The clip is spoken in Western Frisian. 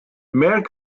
merk